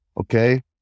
Okay